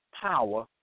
power